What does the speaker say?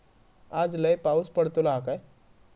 आज लय पाऊस पडतलो हा काय?